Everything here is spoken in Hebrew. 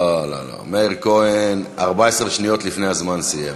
לא לא לא, מאיר כהן 14 שניות לפני הזמן סיים.